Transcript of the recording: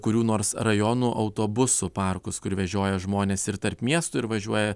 kurių nors rajonų autobusų parkus kur vežioja žmones ir tarp miestų ir važiuoja